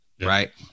right